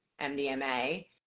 mdma